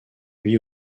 lui